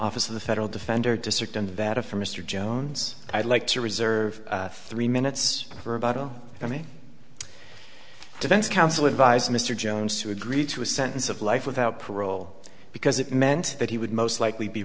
office of the federal defender district and that a for mr jones i'd like to reserve three minutes for about oh i mean defense counsel advised mr jones to agree to a sentence of life without parole because it meant that he would most likely be